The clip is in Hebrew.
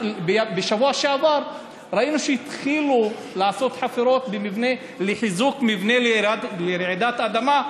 בשבוע שעבר ראינו שהתחילו לעשות חפירות במבנה לחיזוק מבנה לרעידת אדמה,